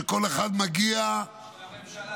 שכל אחד מגיע, של הממשלה.